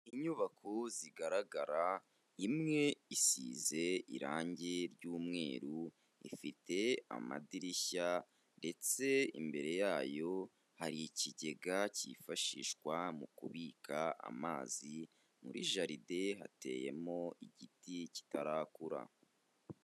Inyubako zigaragara imwe isize irange ry'umweru ifite amadirishya ndetse imbere yayo hari ikigega cyifashishwa mu kubika amazi muri jaride hateyemo igiti kitarakura.